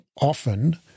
often